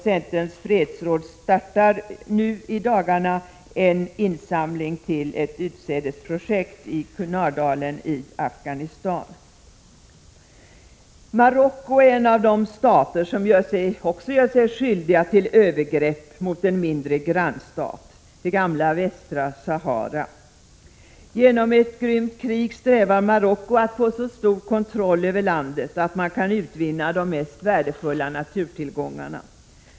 Centerns fredsråd startar därför i dagarna en insamling till ett utsädesprojekt i Kunardalen i Afghanistan. Också Marocko är en av de stater som också gör sig skyldiga till övergrepp mot en mindre grannstat, det gamla Västra Sahara. Genom ett grymt krig strävar Marocko efter att få så stor kontroll över landet att man kan utvinna de mest värdefulla naturtillgångarna.